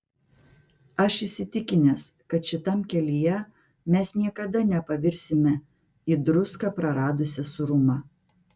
aš įsitikinęs kad šitam kelyje mes niekada nepavirsime į druską praradusią sūrumą